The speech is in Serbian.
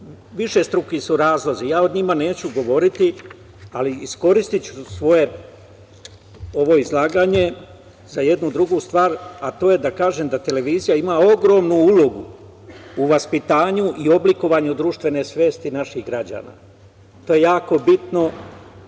Višestruki su razlozi. Ja o njima neću govoriti, ali iskoristiću svoje ovo izlaganje za jednu drugu stvar, a to je da kažem da televizija ima ogromnu ulogu u vaspitanju i oblikovanju društvene svesti naših građana. To je jako bitno